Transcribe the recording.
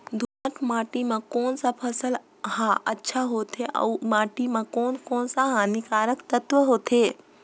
दोमट माटी मां कोन सा फसल ह अच्छा होथे अउर माटी म कोन कोन स हानिकारक तत्व होथे?